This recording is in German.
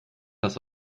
das